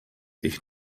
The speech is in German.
ich